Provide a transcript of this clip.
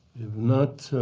if not,